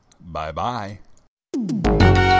Bye-bye